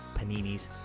paninis,